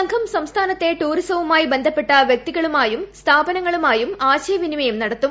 സംഘം സംസ്ഥാനത്തെ ടൂറിസവുമായി ബന്ധപ്പെട്ട വ്യക്തികളുമായും സ്ഥാപനങ്ങളുമായും ആശയവിനിമയം നടത്തും